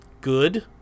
good